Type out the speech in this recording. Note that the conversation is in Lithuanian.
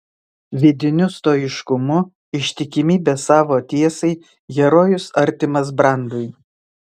vidiniu stoiškumu ištikimybe savo tiesai herojus artimas brandui